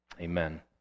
amen